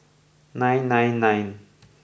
nine nine nine